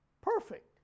Perfect